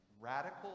radical